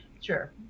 sure